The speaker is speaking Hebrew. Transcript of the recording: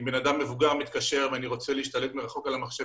אם בן אדם מבוגר מתקשר ואני רוצה להשתלט על המחשב